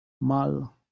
mal